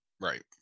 right